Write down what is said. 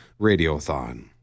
Radiothon